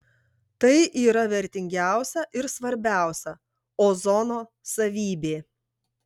tai yra vertingiausia ir svarbiausia ozono savybė